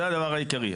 זה הדבר העיקרי.